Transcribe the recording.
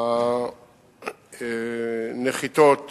הנחיתות